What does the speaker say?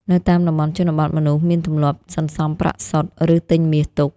នៅតាមតំបន់ជនបទ មនុស្សមានទម្លាប់សន្សំប្រាក់សុទ្ធ ឬទិញមាសទុក។